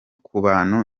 kubantu